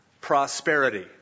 prosperity